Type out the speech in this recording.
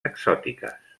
exòtiques